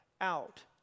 out